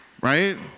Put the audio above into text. right